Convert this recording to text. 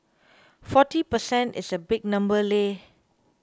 forty per cent is a big number leh